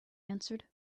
answered